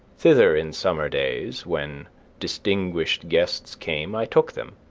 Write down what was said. thither in summer days, when distinguished guests came, i took them,